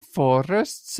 forests